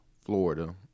Florida